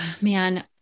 man